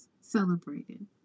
celebrated